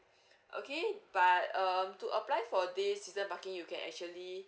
okay but um to apply for this season parking you can actually